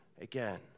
again